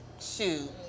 shoot